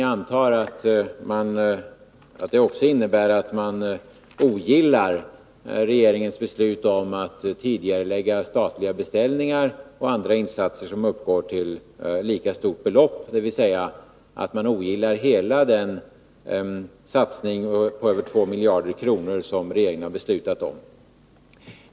Jag antar att det också innebär att man ogillar regeringens beslut om att tidigarelägga statliga beställningar och andra insatser som uppgår till ett lika stort belopp. Det betyder att man ogillar hela den satsning på över 2 miljarder kronor som regeringen har beslutat om.